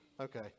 Okay